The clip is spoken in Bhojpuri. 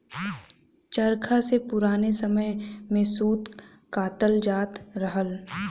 चरखा से पुराने समय में सूत कातल जात रहल